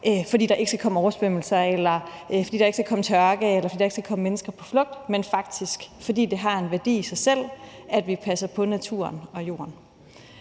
fordi der ikke skal komme mennesker på flugt, men faktisk fordi det har en værdi i sig selv, at vi passer på naturen og jorden.